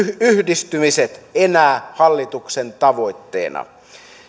yhdistymiset enää hallituksen tavoitteena